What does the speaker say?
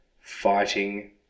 fighting